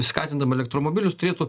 skatindama elektromobilius turėtų